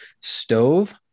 stove